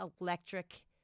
electric